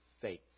faith